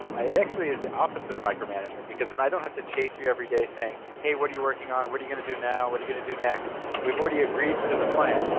it actually is the opposite of micromanagement because then i don't have to chase you every day saying, hey, what are you working on, what are you going to do now, what are you going to do next? we've already agreed to the plan.